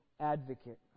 advocate